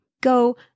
go